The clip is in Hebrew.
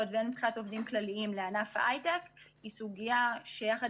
והן מבחינת עובדים כלליים לענף ההיי-טק היא סוגיה שיחד